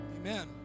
Amen